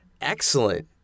excellent